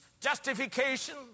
justification